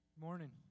Morning